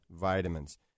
Vitamins